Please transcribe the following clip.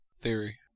Theory